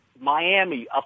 Miami